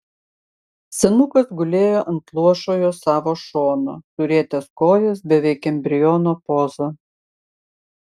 senukas gulėjo ant luošojo savo šono surietęs kojas beveik embriono poza